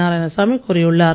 நாராயணசாமி கூறியுள்ளார்